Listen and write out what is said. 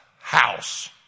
house